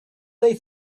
they